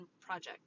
project